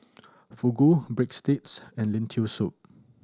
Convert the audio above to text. Fugu Breadsticks and Lentil Soup